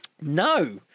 No